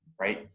right